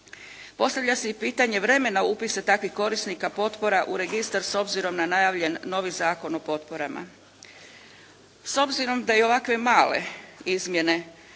Postavlja se i pitanje vremena upisa takvih korisnika potpora u registar s obzirom na najavljen novi Zakon o potporama. S obzirom da je i ovakve male izmjene